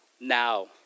now